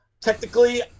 technically